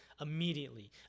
immediately